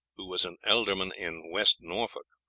who was an ealdorman in west norfolk,